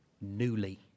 Newly